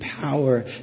power